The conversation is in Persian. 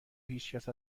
هیچکس